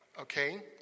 okay